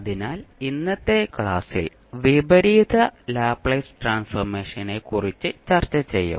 അതിനാൽ ഇന്നത്തെ ക്ലാസ്സിൽ വിപരീത ലാപ്ലേസ് ട്രാൻസ്ഫോർമേഷനെക്കുറിച്ച് ചർച്ച ചെയ്യും